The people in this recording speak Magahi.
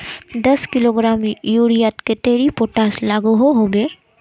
दस किलोग्राम यूरियात कतेरी पोटास लागोहो होबे?